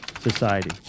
society